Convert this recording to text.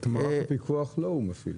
את מערך הפיקוח לא הוא מפעיל.